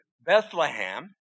Bethlehem